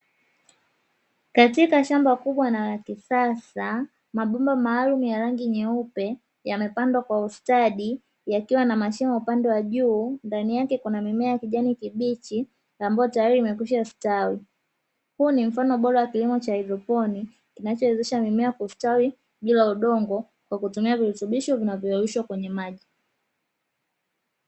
Katika shamba kubwa na la kisasa mabomba maalumu ya rangi nyeupe yamepangwa kwa ustadi yakiwa na mashimo upande wa juu ndani yake kuna mimea ya kijani kibichi ambayo tayari imekwisha stawi; huu ni mfano bora wa kilimo cha haidroponi kinachowezesha mimea kustawi bila udongo kwa kutumia virutubisho vilivyoyeyushwa kwenye maji.